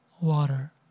water